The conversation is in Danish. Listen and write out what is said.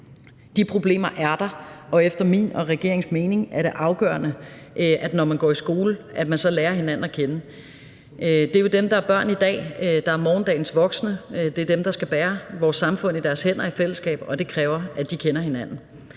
De problemer er der, og efter min og regeringens mening er det afgørende, at man, når man går i skole, lærer hinanden at kende. Det er jo dem, der er børn i dag, der er morgendagens voksne; det er dem, der i fællesskab skal bære vores samfund i deres hænder, og det kræver, at de kender hinanden.